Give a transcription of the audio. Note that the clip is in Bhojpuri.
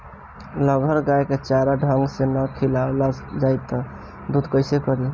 लगहर गाय के चारा ढंग से ना खियावल जाई त दूध कईसे करी